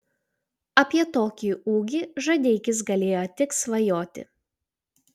apie tokį ūgį žadeikis galėjo tik svajoti